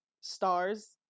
stars